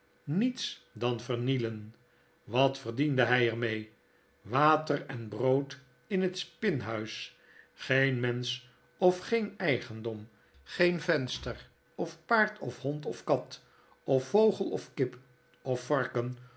niets dan vernielen wat verdiendehy er mee water en brood in het spinhuis geen mensch of geen eigendom geen venster of paard of hond of kat of vogel of kip of varken